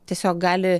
tiesiog gali